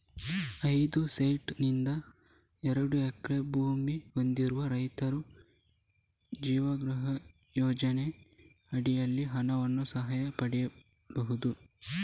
ಐದು ಸೆಂಟ್ಸ್ ನಿಂದ ಎರಡು ಹೆಕ್ಟೇರ್ ಭೂಮಿ ಹೊಂದಿರುವ ರೈತರು ಜೈವಗೃಹಂ ಯೋಜನೆಯ ಅಡಿನಲ್ಲಿ ಹಣದ ಸಹಾಯ ಪಡೀಬಹುದು